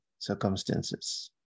circumstances